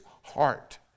heart